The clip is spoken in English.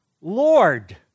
Lord